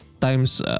times